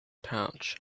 pouch